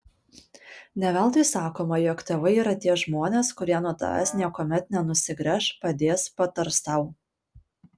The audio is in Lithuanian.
ne veltui sakoma jog tėvai yra tie žmonės kurie nuo tavęs niekuomet nenusigręš padės patars tau